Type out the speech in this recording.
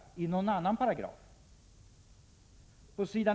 1986/87:36 någon annan paragraf.